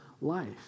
life